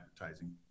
advertising